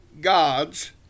gods